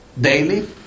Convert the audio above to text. daily